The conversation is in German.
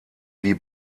wie